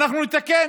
אנחנו נתקן.